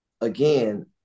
again